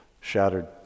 shattered